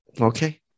Okay